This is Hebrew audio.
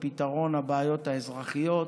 ופתרון הבעיות האזרחיות,